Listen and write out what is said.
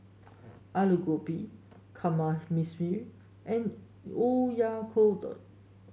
Alu Gobi Kamameshi and Oyakodon